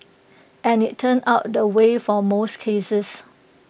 and it's turned out the way for most cases